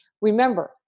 Remember